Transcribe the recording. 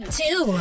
two